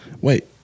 Wait